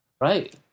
Right